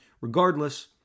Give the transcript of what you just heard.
Regardless